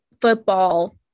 football